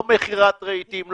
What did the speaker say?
לא מכירת רהיטים,